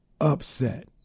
upset